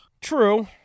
True